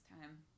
time